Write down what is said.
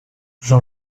jean